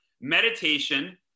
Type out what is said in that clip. meditation